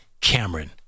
Cameron